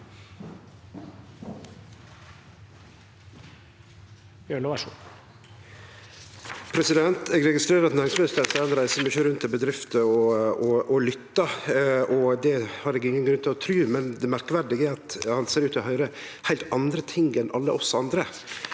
Eg registrerer at næringsministeren seier han reiser mykje rundt til bedrifter og lyttar. Det har eg ingen grunn til ikkje å tru på, men det merkverdige er at han ser ut til å høyre heilt andre ting enn alle oss andre.